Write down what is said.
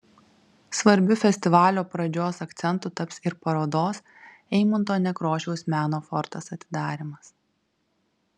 svarbiu festivalio pradžios akcentu taps ir parodos eimunto nekrošiaus meno fortas atidarymas